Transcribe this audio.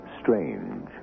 strange